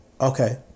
Okay